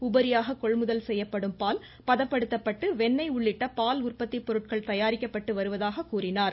உபரியாக கொள்முதல் செய்யப்படும் பால் பதப்படுத்தப்பட்டு வெண்ணெய் உள்ளிட்ட பால் உற்பத்தி பொருட்கள் தயாரிக்கப்பட்டு வருவதாக கூறினார்